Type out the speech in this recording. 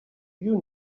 you